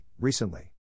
recently